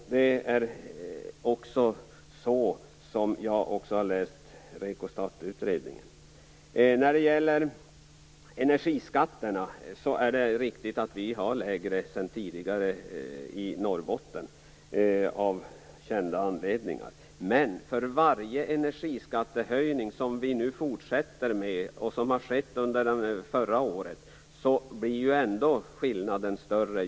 Det är också på det viset jag har läst REKO Av kända anledningar har vi sedan tidigare i Norrbotten lägre energiskatter - det är riktigt. Men för varje energiskattehöjning vi nu fortsätter med, och som skedde under förra året, blir ändå skillnaden större.